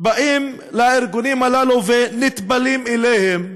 באים לארגונים הללו ונטפלים אליהם,